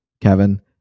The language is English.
Kevin